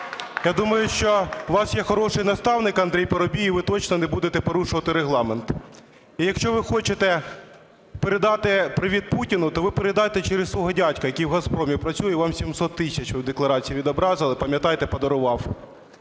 Я думаю, що у вас є хороший наставник – Андрій Парубій, і ви точно не будете порушувати Регламент. І якщо ви хочете передати привіт Путіну, то ви передайте через свого дядька, який в Газпромі працює і вам 700 тисяч, в декларації відобразили, пам'ятаєте, подарував.